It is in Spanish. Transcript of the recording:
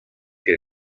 que